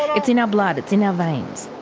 it's in our blood. it's in our veins.